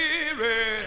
spirit